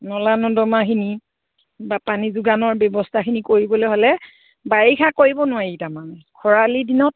নলা নৰ্দমাখিনি বা পানী যোগানৰ ব্যৱস্থাখিনি কৰিবলৈ হ'লে বাৰিষাত কৰিব নোৱাৰি তাৰমানে খৰালি দিনত